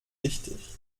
wichtig